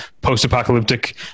post-apocalyptic